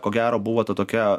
ko gero buvo ta tokia